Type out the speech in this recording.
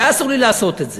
והיה אסור לי לעשות את זה,